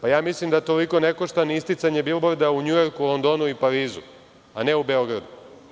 Pa mislim da toliko ne košta ni isticanje bilborda u NJujorku, Londonu i Parizu, a ne u Beogradu.